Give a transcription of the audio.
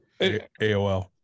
AOL